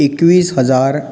एकवीस हजार